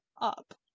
up